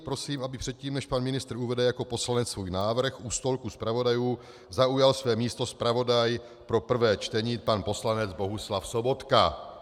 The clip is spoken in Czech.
Prosím, aby předtím, než pan ministr uvede jako poslanec svůj návrh, u stolku zpravodajů zaujal své místo zpravodaj pro prvé čtení, pan poslanec Bohuslav Sobotka.